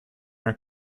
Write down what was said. her